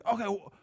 Okay